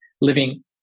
living